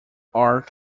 art